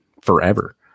forever